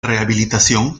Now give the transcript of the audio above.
rehabilitación